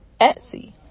Etsy